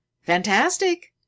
fantastic